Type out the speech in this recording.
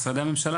גם משרדי הממשלה,